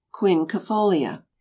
quinquefolia